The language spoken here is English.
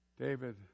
David